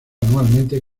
anualmente